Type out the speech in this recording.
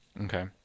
Okay